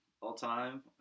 All-time